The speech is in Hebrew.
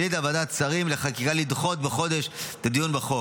החליטה ועדת שרים לחקיקה לדחות בחודש את הדיון בחוק.